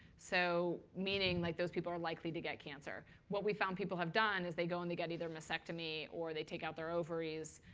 so meaning like those people are likely to get cancer. what we found people have done is they go and they get either mastectomy, or they take out their ovaries.